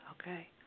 Okay